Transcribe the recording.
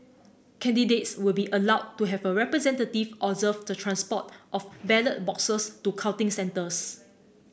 candidates will be allowed to have a representative observe the transport of ballot boxes to counting centres